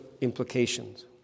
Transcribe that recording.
implications